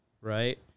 Right